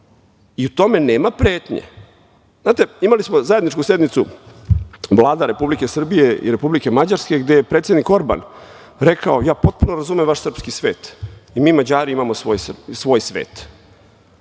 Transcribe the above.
i u tome nema pretnje. Imali smo zajedničku sednicu Vlada Republike Srbije i Republike Mađarske, gde je predsednik Orban rekao – ja potpuno razumem vaš srpski svet, i mi Mađari imamo svoj svet.